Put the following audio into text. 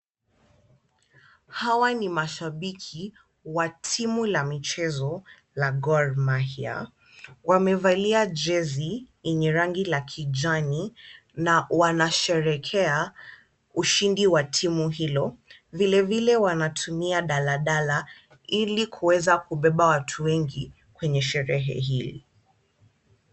Hawa ni mashabiki wa timu la michezo la Gor Mahia. Wamevalia jezi yenye rangi la kijani na wanasherehekea ushindi wa timu hilo. Vilevile wanatumia daladala ili kuweza kubeba watu wengi kwenye sherehe hili.